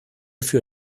für